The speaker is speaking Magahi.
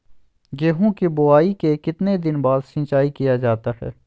गेंहू की बोआई के कितने दिन बाद सिंचाई किया जाता है?